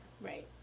Right